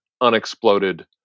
unexploded